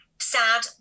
sad